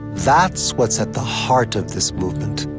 that's what's at the heart of this movement.